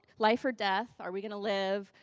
life or death. are we going to live?